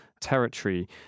territory